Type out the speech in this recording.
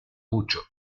mucho